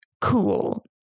cool